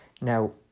Now